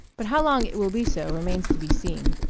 but how long it will be so remains to be seen.